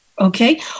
Okay